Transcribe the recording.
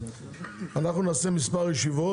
אנחנו נקיים מספר ישיבות.